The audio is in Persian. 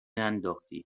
انداختی